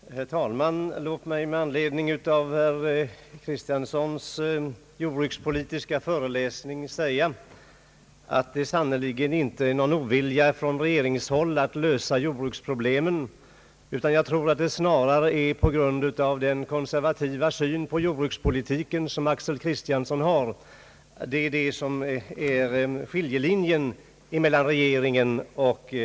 Herr talman! Låt mig med anledning av herr Axel Kristianssons jordbrukspolitiska föreläsning säga att det sannerligen inte föreligger någon ovilja från regeringshåll att lösa jordbruksproblemen. Det är snarare den konservativa syn på jordbrukspolitiken som herr Axel Kristiansson har som utgör skiljelinjen.